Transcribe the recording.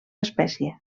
espècie